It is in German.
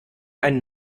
einen